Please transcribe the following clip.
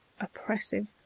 oppressive